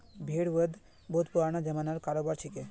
भेड़ वध बहुत पुराना ज़मानार करोबार छिके